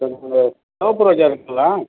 இப்போ இந்த செவப்பு ரோஜா இருக்குதுங்களா